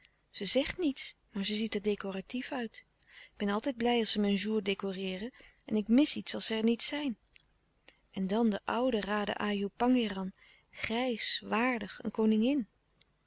ze zegt niets maar ze ziet er decoratief uit ik ben altijd blij als ze mijn jour decoreeren en ik mis iets als ze er niet zijn en dan de oude raden ajoe pangéran grijs waardig een koningin